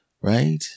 right